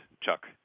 Chuck